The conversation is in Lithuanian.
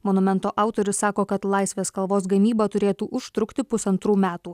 monumento autorius sako kad laisvės kalvos gamyba turėtų užtrukti pusantrų metų